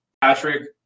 Patrick